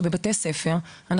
בבתי הספר לדוגמה,